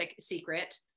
secret